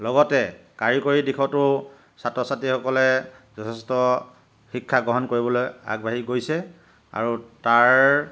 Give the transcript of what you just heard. লগতে কাৰিকৰী দিশতো ছাত্ৰ ছাত্ৰীসকলে যথেষ্ট শিক্ষা গ্ৰহণ কৰিবলৈ আগবাঢ়ি গৈছে আৰু তাৰ